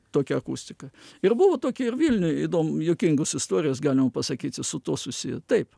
tokia akustika ir buvo tokia ir vilniuj įdom juokingos istorijos galima pasakyti su tuo susiję taip